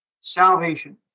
salvation